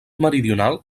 meridional